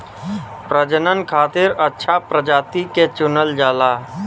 प्रजनन खातिर अच्छा प्रजाति के चुनल जाला